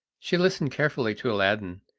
she listened carefully to aladdin,